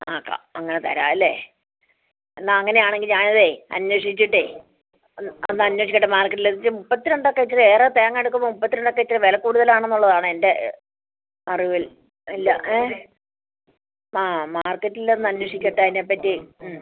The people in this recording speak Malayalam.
ആക്കാം അങ്ങനെ തരാ അല്ലേ എന്നാൽ അങ്ങനെ ആണെങ്കിൽ ഞാൻ അതെ അന്വേഷിച്ചിട്ടെ ഒന്ന് അന്വേഷിക്കട്ടെ മാർക്കറ്റിൽ എന്നിട്ട് മൂപ്പത്തിരണ്ട് ഒക്കെ ഇച്ചിരി ഏറെ തേങ്ങ എടുക്കുമ്പോൾ മൂപ്പത്തിരണ്ട് ഒക്കെ ഇത്തിരി വില കൂടുതൽ ആണെന്ന് ഉള്ളത് ആണ് എൻ്റെ അറിവിൽ ഇല്ല ഏഹ് ആ മാർക്കറ്റിൽ ഒന്ന് അന്വേഷിക്കട്ടെ അതിനെ പറ്റി